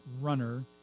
runner